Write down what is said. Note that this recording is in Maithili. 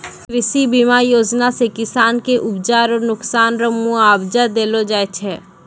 कृषि बीमा योजना से किसान के उपजा रो नुकसान रो मुआबजा देलो जाय छै